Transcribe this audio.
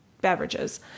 beverages